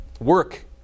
Work